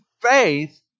faith